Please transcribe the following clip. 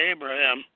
Abraham